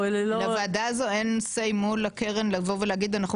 לוועדה הזאת אין say מול הקרן לבוא ולהגיד מול הקרן